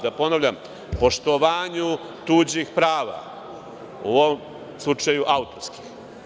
Da ponovim, poštovanju tuđih prava, u ovom slučaju autorskih.